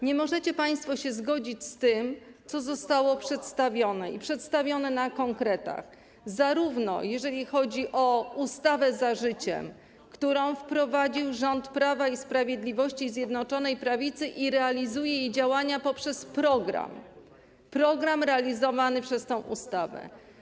Nie możecie państwo się zgodzić z tym, co zostało przedstawione, i to na konkretach, jeżeli chodzi o ustawę „Za życiem”, którą wprowadził rząd Prawa i Sprawiedliwości i Zjednoczonej Prawicy, i realizuje jej działania poprzez program realizowany przez tę ustawę.